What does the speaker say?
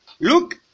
look